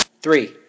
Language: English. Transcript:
Three